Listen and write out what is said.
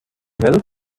help